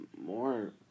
more